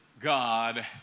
God